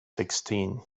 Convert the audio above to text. sixteen